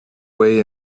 way